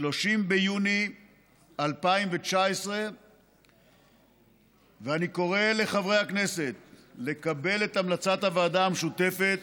30 ביוני 2019. אני קורא לחברי הכנסת לקבל את המלצת הוועדה המשותפת